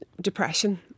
depression